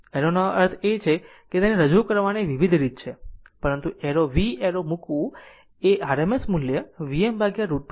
એરોનો અર્થ એ છે કે તેને રજૂ કરવાની વિવિધ રીત છે પરંતુ એરો v એરો મૂકવું એ RMS મૂલ્ય Vm√ 2 ની બરાબર છે